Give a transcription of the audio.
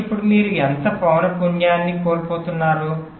కాబట్టి ఇప్పుడు మీరు ఎంత పౌన పున్యాన్ని కోల్పోతున్నారు